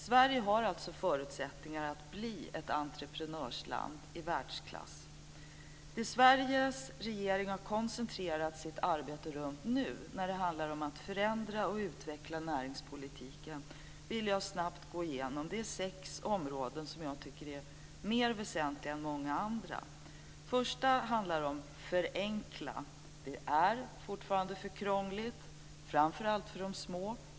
Sverige har alltså förutsättningar att bli ett entreprenörsland i världsklass. Det som Sveriges regering har koncentrerat sitt arbete på nu, när det handlar om att förändra och utveckla näringspolitiken, vill jag snabbt gå igenom. Det finns sex områden som jag tycker är mer väsentliga än många andra. Det första handlar om att förenkla. Det är fortfarande för krångligt, framför allt för de små företagen.